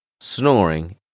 snoring